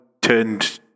turned